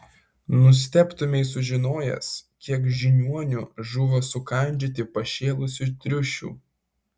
nustebtumei sužinojęs kiek žiniuonių žuvo sukandžioti pašėlusių triušių